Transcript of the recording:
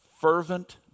fervent